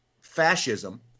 fascism